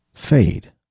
fade